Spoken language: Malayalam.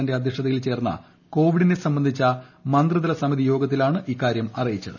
ഹർഷവർധന്റെ അധ്യക്ഷതയിൽ ചേർന്ന ക്ക്ക്പിഡിനെ സംബന്ധിച്ച മന്ത്രിതല സമിതി യോഗത്തിലൂാണ് ഇക്കാര്യം അറിയിച്ചത്